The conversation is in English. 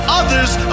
others